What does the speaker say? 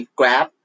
grab